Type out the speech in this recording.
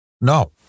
No